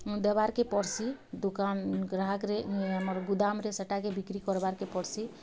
ଦେବାର୍କେ ପଡ଼ସି ଦୁକାନ୍ ଗ୍ରାହାକ୍ରେ ଇଏ ଆମର୍ ଗୁଦାମ୍ରେ ସେଟାକେ ବିକ୍ରି କର୍ବାର୍କେ ପଡ଼ସି